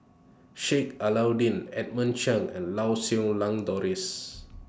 Sheik Alau'ddin Edmund Cheng and Lau Siew Lang Doris